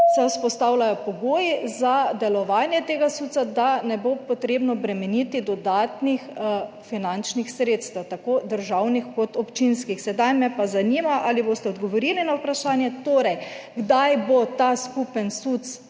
tam vzpostavljajo pogoji za delovanje tega SUC, da ne bo potrebno bremeniti dodatnih finančnih sredstev, tako državnih kot občinskih. Sedaj me pa zanima, ali boste odgovorili na vprašanje: Kdaj bo ta skupen SUC